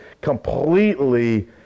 completely